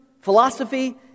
philosophy